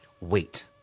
wait